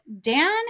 Dan